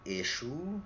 issue